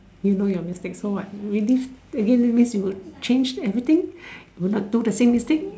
you know your mistakes so what relive again means you will change everything you will not do the same mistake